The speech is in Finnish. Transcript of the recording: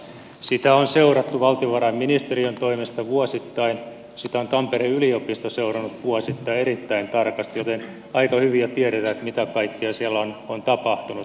sitä on seurattu valtiovarainministeriön toimesta vuosittain ja sitä on tampereen yliopisto seurannut vuosittain erittäin tarkasti joten aika hyvin jo tiedetään mitä kaikkea siellä on tapahtunut